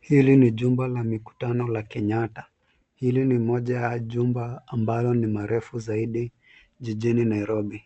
Hili ni jumba la mikutano la Kenyata, hili ni moja ya jumba ambalo ni marefu zaidi jijini Nairobi.